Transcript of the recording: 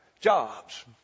jobs